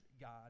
God